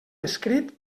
escrit